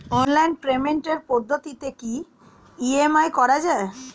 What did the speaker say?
Online পেমেন্টের পদ্ধতিতে কি ই.এম.আই করা যায়?